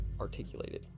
articulated